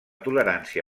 tolerància